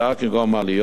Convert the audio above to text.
כגון מעליות,